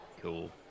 Cool